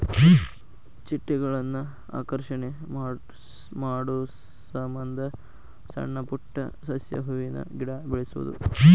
ಚಿಟ್ಟೆಗಳನ್ನ ಆಕರ್ಷಣೆ ಮಾಡುಸಮಂದ ಸಣ್ಣ ಪುಟ್ಟ ಸಸ್ಯ, ಹೂವಿನ ಗಿಡಾ ಬೆಳಸುದು